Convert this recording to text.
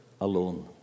alone